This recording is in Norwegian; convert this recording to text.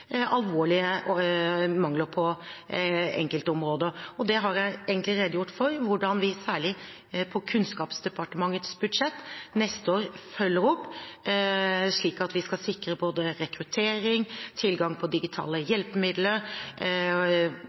alvorlige mangler på enkeltområder. Jeg har redegjort for hvordan vi særlig over Kunnskapsdepartementets budsjett neste år følger opp slik at vi kan sikre både rekruttering, tilgang på digitale hjelpemidler